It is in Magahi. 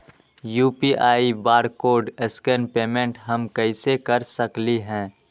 यू.पी.आई बारकोड स्कैन पेमेंट हम कईसे कर सकली ह?